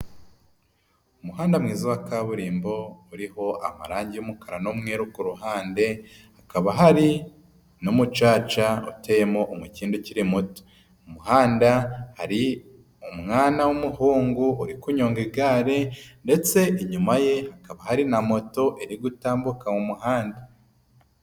Umuhanda mwiza wa kaburimbo, uriho amarangi y'umukara n'umweru ku ruhande, hakaba hari n'umucaca uteyemo umukindo ukiri muto. Mu muhanda hari umwana w'umuhungu uri kunyonga igare ndetse inyuma ye hakaba hari na moto iri gutambuka mu muhanda.